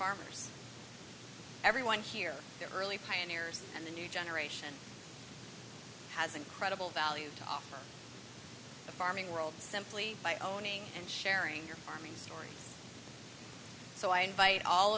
farmers everyone here the early pioneers and the new generation has incredible value to offer the farming world simply by owning and sharing your farming stories so i invite all